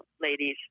ladies